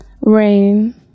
rain